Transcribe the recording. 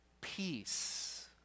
peace